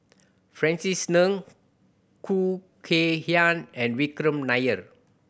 Francis Ng Khoo Kay Hian and Vikram Nair